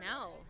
No